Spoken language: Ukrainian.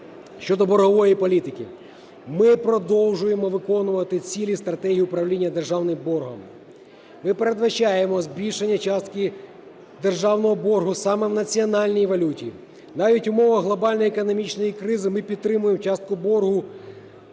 Щодо боргової політики. Ми продовжуємо виконувати цілі стратегії управління державним боргом. Ми передбачаємо збільшення частки державного боргу саме в національній валюті. Навіть в умовах глобальної економічної кризи ми підтримуємо частку боргу